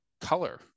color